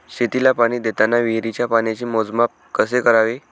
शेतीला पाणी देताना विहिरीच्या पाण्याचे मोजमाप कसे करावे?